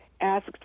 asked